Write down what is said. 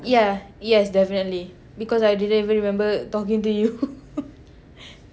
yeah yes definitely because I didn't even remember talking to you